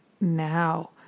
now